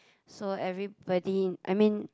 so everybody I mean